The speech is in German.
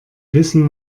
wissen